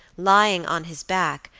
lying on his back,